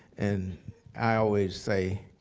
and i always say,